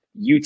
UT